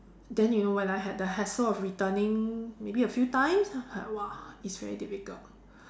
then you know when I had the hassle of returning maybe a few times like !wah! it's very difficult